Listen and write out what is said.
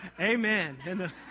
Amen